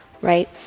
right